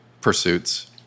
pursuits